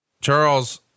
Charles